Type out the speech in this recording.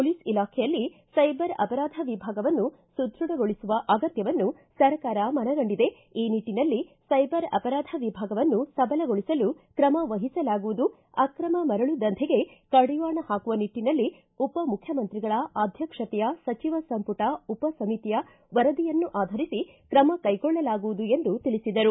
police ಇಲಾಖೆಯಲ್ಲಿ cyber ಅಪರಾಧ ವಿಭಾಗವನ್ನು ಸುಧ್ವಡಗೊಳಿಸುವ ಅಗತ್ತವನ್ನು ಸರ್ಕಾರ ಮನಗಂಡಿದೆ ಈ ನಿಟ್ಟನಲ್ಲಿ ಸೈಬರ್ ಅಪರಾಧ ವಿಭಾಗವನ್ನು ಸಬಲಗೊಳಿಸಲು ಕ್ರಮ ವಹಿಸಲಾಗುವುದು ಅಕ್ರಮ ಮರಳು ದಂಧೆಗೆ ಕಡಿವಾಣ ಹಾಕುವ ನಿಟ್ಟನಲ್ಲಿ ಉಪ ಮುಖ್ಯಮಂತ್ರಿಗಳ ಆಧ್ವಕ್ಷತೆಯ ಸಚಿವ ಸಂಪುಟ ಉಪ ಸಮಿತಿಯ ವರದಿಯನ್ನಾಧರಿಸಿ ತ್ರಮ ಕೈಗೊಳ್ಳಲಾಗುವುದು ಎಂದು ತಿಳಿಸಿದರು